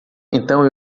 então